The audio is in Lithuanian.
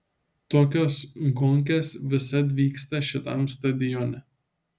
tokios gonkės visad vyksta šitam stadione